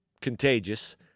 contagious